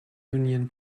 union